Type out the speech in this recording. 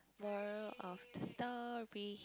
moral of the story